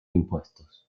impuestos